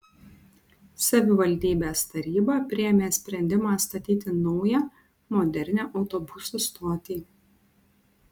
savivaldybės taryba priėmė sprendimą statyti naują modernią autobusų stotį